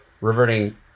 reverting